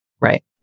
right